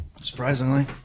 Surprisingly